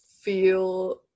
feel